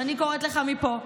אני קוראת לך מפה,